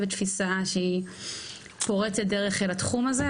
ותפיסה שהיא פורצת דרך אל התחום הזה.